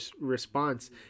response